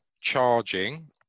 charging